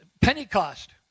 Pentecost